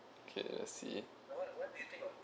okay let's see